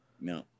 no